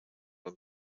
when